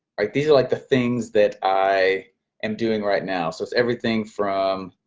right, these are like the things that i am doing right now, so it's everything from